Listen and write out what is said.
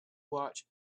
watch